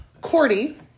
Cordy